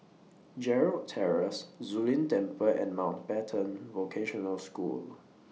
Gerald Terrace Zu Lin Temple and Mountbatten Vocational School